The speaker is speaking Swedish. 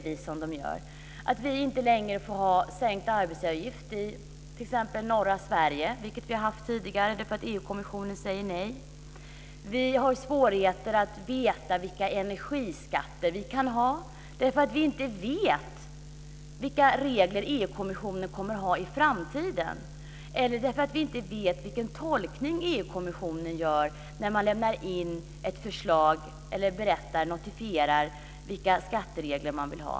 Vi får t.ex. inte längre ha sänkta arbetsgivaravgifter i norra Sverige, vilket vi har haft tidigare. EU:s kommission säger nej till detta. Vi har också svårigheter med att veta vilka energiskatter som vi kan ha, för vi vet inte vilka regler EU:s kommission kommer att införa i framtiden eller vilken tolkning som kommissionen gör när vi lämnar in ett förslag eller underrättar om vilka skatteregler vi vill ha.